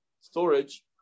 storage